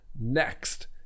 next